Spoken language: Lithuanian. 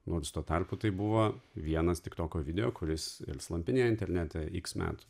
nors tuo tarpu tai buvo vienas tiktoko video kuris slampinėja internete iks metų